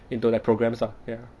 internet programs ah ya